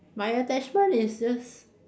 my attachment is just